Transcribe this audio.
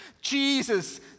Jesus